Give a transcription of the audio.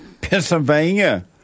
Pennsylvania